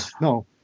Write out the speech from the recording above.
no